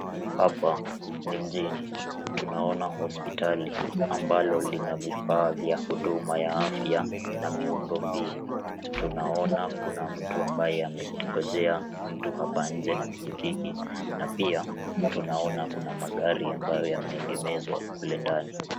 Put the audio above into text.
Hapa ni mjini. Tunaona hospitali ambalo lina vifaa vya huduma ya afya na miundombinu. Tunaona kuna mtu ambaye amengojea mtu hapo nje kwa pikipiki na pia tunaona kuna magari ambayo yameegemezwa kule ndani.